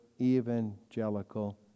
evangelical